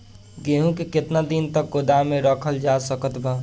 गेहूँ के केतना दिन तक गोदाम मे रखल जा सकत बा?